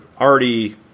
already –